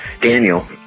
Daniel